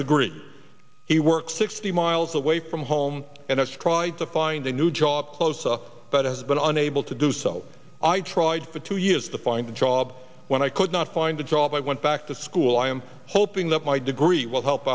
degree he works sixty miles away from home and i tried to find a new job close up but has been unable to do so i tried for two years to find a job when i could not find a job i went back to school i am hoping that my degree was help